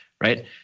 Right